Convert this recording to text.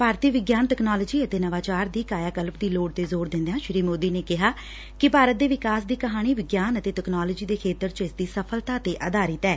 ਭਾਰਤੀ ਵਿਗਿਆਨ ਤਕਨਾਲੋਜੀ ਅਤੇ ਨਵਾਚਾਰ ਦੀ ਕਾਇਆ ਕਲਪ ਦੀ ਲੋੜ ਤੇ ਜ਼ੋਰ ਦਿੰਦਿਆਂ ਸ੍ਰੀ ਮੋਦੀ ਨੇ ਕਿਹਾ ਕਿ ਭਾਰਤ ਦੇ ਵਿਕਾਸ ਦੀ ਕਹਾਣੀ ਵਿਗਿਆਨ ਅਤੇ ਤਕਨਾਲੋਜੀ ਦੇ ਖੇਤਰ ਚ ਇਸਦੀ ਸਫ਼ਲਤਾ ਤੇ ਆਧਾਰਿਤ ਐ